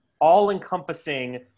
all-encompassing